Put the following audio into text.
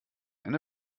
eine